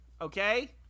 Okay